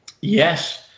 Yes